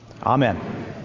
amen